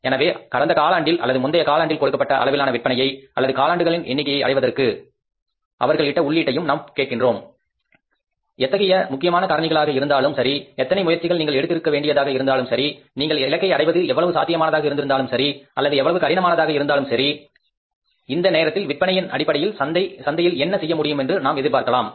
எனவே கடந்த காலாண்டில் அல்லது முந்தைய காலாண்டில் கொடுக்கப்பட்ட அளவிலான விற்பனையை அல்லது காலாண்டுகளின் எண்ணிக்கையை அடைவதற்கு அவர்கள் இட்ட உள்ளீட்டையும் நாம் கேட்கின்றோம் எத்தகைய முக்கியமான காரணிகளாக இருந்திருந்தாலும் சரி எத்தனை முயற்சிகள் நீங்கள் எடுத்து இருக்க வேண்டியதாக இருந்தாலும் சரி நீங்கள் இலக்கை அடைவது எவ்வளவு சாத்தியமானதாக இருந்திருந்தாலும் சரி அல்லது எவ்வளவு கடினமானதாக இருந்தாலும் சரி இந்த நேரத்தில் விற்பனையின் அடிப்படையில் சந்தையில் என்ன செய்ய முடியும் என்று நாம் எதிர்பார்க்கலாம்